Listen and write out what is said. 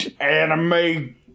anime